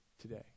today